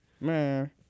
Man